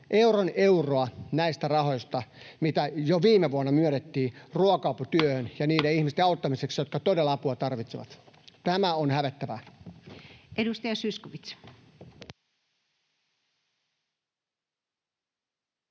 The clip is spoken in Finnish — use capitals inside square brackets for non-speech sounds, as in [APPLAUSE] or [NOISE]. euron euroa näistä rahoista, mitä jo viime vuonna myönnettiin ruoka-aputyöhön [NOISE] ja niiden ihmisten auttamiseksi, jotka todella apua tarvitsevat. Tämä on hävettävää. [Speech